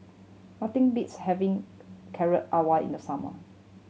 nothing beats having Carrot Halwa in the summer